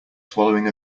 swallowing